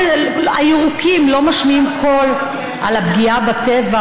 הירוקים לא משמיעים קול על הפגיעה בטבע,